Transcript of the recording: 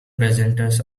presenters